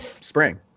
spring